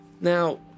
Now